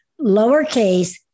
lowercase